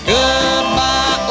Goodbye